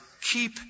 keep